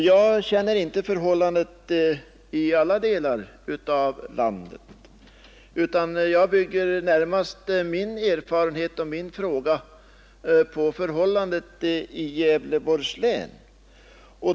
Jag känner inte förhållandet i alla delar av landet, utan jag bygger närmast min erfarenhet och min fråga på förhållanden i Gävleborgs län.